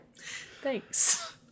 Thanks